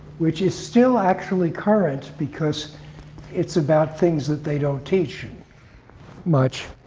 which is still actually current because it's about things that they don't teach much,